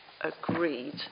agreed